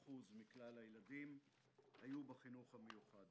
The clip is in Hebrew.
כ-11% מכל הילדים היו בחינוך המיוחד.